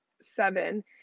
seven